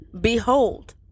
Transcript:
behold